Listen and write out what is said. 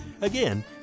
again